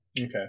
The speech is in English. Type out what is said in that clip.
Okay